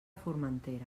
formentera